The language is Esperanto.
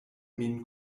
min